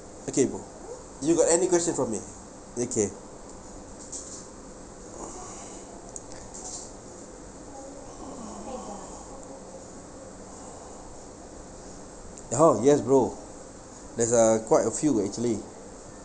okay bro you got any question for me okay ya how yes bro that's a quite a few actually